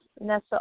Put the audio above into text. Nessa